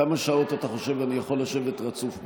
כמה שעות אתה חושב אני יכול לשבת רצוף פה?